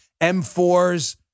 M4s